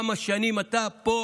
כמה שנים אתה פה